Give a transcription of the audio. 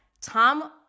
tom